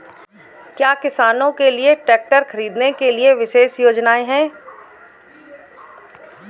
क्या किसानों के लिए ट्रैक्टर खरीदने के लिए विशेष योजनाएं हैं?